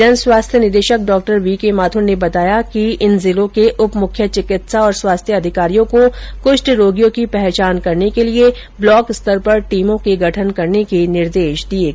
जनस्वास्थ्य निदेशक डा वीके माथुर ने बताया कि इन सात जिलों के उप मुख्य चिकित्सा और स्वास्थ्य अधिकारियों को कृष्ठ रोगियों की पहचान करने के लिए ब्लॉक स्तर पर टीमों के गठन करने के निर्देश दे दिए गए है